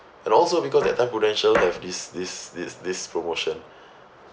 and also because that time Prudential have this this this this promotion